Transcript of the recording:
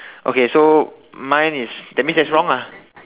okay so mine is that means that's wrong lah